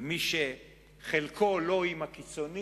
ומי שחלקו לא עם הקיצונים,